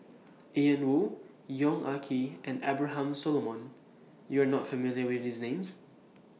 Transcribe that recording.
Ian Woo Yong Ah Kee and Abraham Solomon YOU Are not familiar with These Names